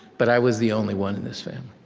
but i was the only one in this family.